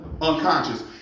unconscious